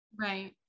Right